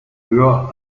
höher